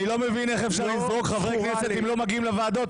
אני לא מבין איך אפשר לזרוק חברי כנסת אם לא מגיעים לוועדות.